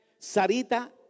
Sarita